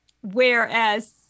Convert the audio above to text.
whereas